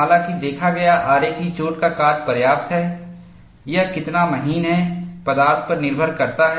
हालांकि देखा गया आरे की चोट का काट पर्याप्त है यह कितना महीन है पदार्थ पर निर्भर करता है